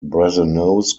brasenose